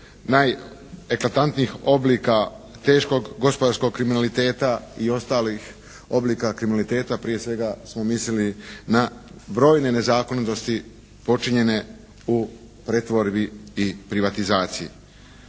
najeklatantnijih oblika teškog gospodarskog kriminaliteta i ostalih oblika kriminaliteta, prije svega smo mislili na brojne nezakonitosti počinjene u pretvorbi i privatizaciji.